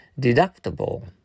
deductible